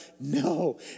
No